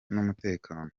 n’umutekano